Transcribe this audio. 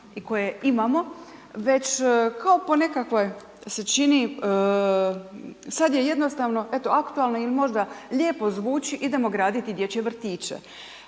i koje imamo, već kao po nekakvoj se čini, sad je jednostavno, eto aktualno ili možda lijepo zvuči idemo graditi dječje vrtiće